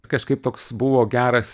kažkaip toks buvo geras